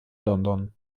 london